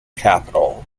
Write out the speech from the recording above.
capital